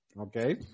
Okay